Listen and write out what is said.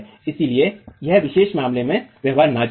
इसलिए इस विशेष मामले में व्यवहार नाजुक है